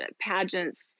pageants